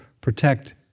protect